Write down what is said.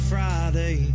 Friday